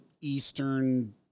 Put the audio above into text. eastern